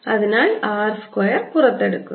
അതിനാൽ r square പുറത്തെടുക്കുന്നു